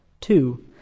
Two